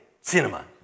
cinema